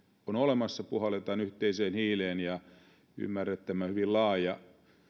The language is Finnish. on olemassa puhalletaan yhteiseen hiileen ja ymmärän että tämä hyvin laaja